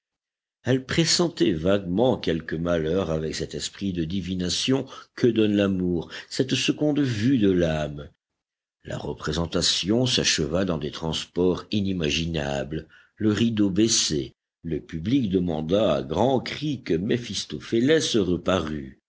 elle pressentait vaguement quelque malheur avec cet esprit de divination que donne l'amour cette seconde vue de l'âme la représentation s'acheva dans des transports inimaginables le rideau baissé le public demanda à grands cris que méphistophélès reparût